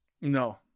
no